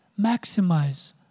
Maximize